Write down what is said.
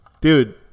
Dude